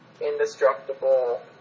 indestructible